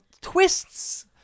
Twists